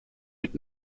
mit